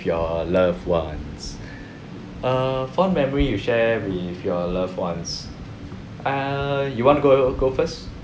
your loved ones a fond memory you share with your loved ones err you want to go go first